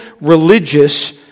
religious